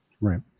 Right